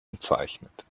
bezeichnet